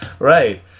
right